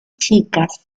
chicas